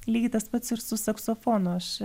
lygiai tas pats ir su saksofonu aš